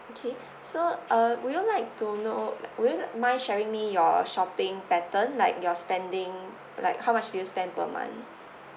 okay so uh would you like to know would you mind sharing me your shopping pattern like your spending like how much do you spend per month